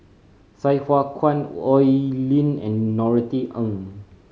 Sai Hua Kuan Oi Lin and Norothy Ng